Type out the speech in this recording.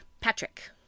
Patrick